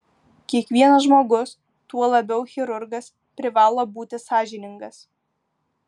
kiekvienas žmogus tuo labiau chirurgas privalo būti sąžiningas